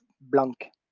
blank